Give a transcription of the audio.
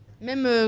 Même